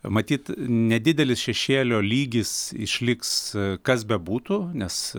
matyt nedidelis šešėlio lygis išliks kas bebūtų nes